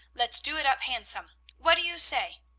let's do it up handsome. what do you say?